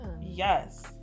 yes